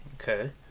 Okay